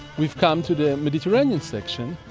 we've come to the mediterranean section,